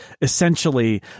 essentially